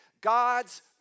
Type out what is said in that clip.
God's